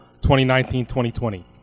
2019-2020